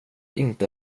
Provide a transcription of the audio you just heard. inte